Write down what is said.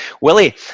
Willie